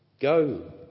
go